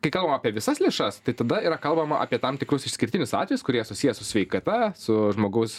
kai kalbam apie visas lėšas tai tada yra kalbama apie tam tikrus išskirtinius atvejus kurie susiję su sveikata su žmogaus